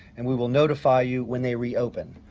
and we will notify you when they reopened.